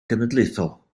genedlaethol